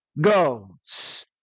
goes